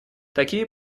такие